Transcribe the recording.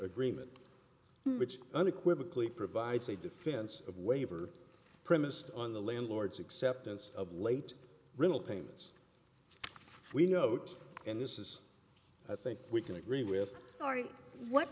agreement which unequivocally provides a defense of waiver premised on the landlord's acceptance of late rental payments we note and this is i think we can agree with